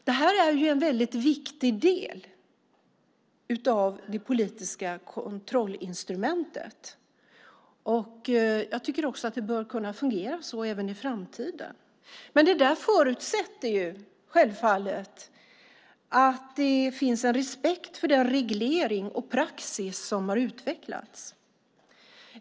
Det här är en väldigt viktig del av det politiska kontrollinstrumentet, och jag tycker att det bör kunna fungera så också i framtiden. Men det förutsätter självfallet att det finns en respekt för den reglering och praxis som har utvecklats.